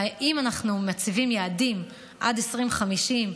ואם אנחנו מציבים יעדים עד 2050,